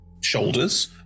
shoulders